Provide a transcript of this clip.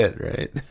right